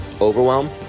overwhelm